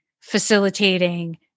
facilitating